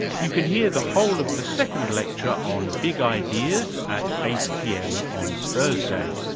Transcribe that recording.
you can hear the whole of the second lecture on big ideas at eight pm on thursday,